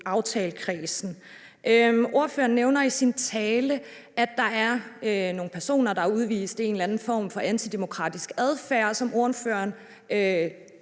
aftalekredsen. Ordføreren nævner i sin tale, at der er nogle personer, der har udvist en eller anden form for antidemokratisk adfærd, som ordføreren,